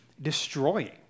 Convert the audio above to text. destroying